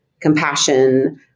compassion